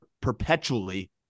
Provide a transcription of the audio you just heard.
perpetually